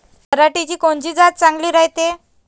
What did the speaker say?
पऱ्हाटीची कोनची जात चांगली रायते?